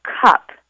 cup